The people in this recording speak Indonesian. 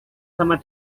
sama